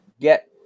get